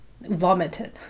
vomited